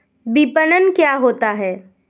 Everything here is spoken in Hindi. विपणन क्या होता है?